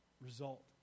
result